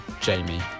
Jamie